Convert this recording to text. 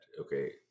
okay